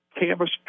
canvas